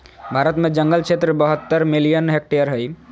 भारत में जंगल क्षेत्र बहत्तर मिलियन हेक्टेयर हइ